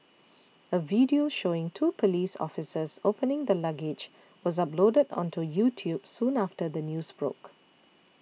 a video showing two police officers opening the luggage was uploaded onto YouTube soon after the news broke